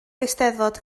eisteddfod